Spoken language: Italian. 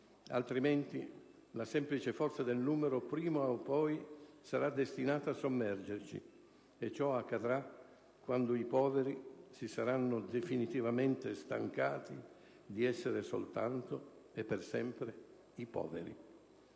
altrimenti, la semplice forza del numero prima o poi sarà destinata a sommergerci e ciò accadrà quando i poveri si saranno definitivamente stancati di essere soltanto e per sempre i poveri.